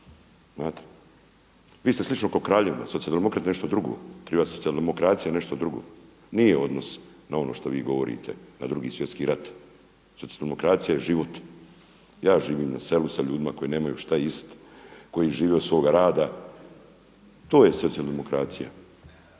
Vi ste slično kao kraljevina. Socijaldemokrat je nešto drugo. … /ne razumije se/ socijaldemokracija je nešto drugo. Nije odnos na ono što vi govorite na 2. svjetski rat. Socijaldemokracija je život. Ja živim na selu s ljudima koji nemaju što jist i koji žive od svoga rada, to je socijaldemokracija.